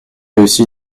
aussi